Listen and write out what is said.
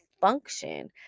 function